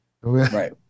Right